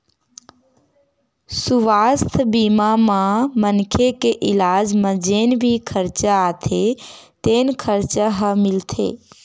सुवास्थ बीमा म मनखे के इलाज म जेन भी खरचा आथे तेन खरचा ह मिलथे